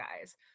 guys